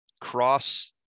cross